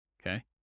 Okay